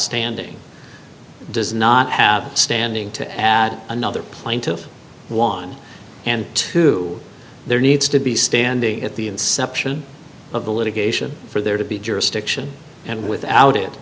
standing does not have standing to add another plaintiff won and two there needs to be standing at the inception of the litigation for there to be jurisdiction and without it